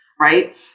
right